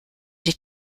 die